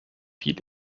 viel